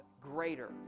greater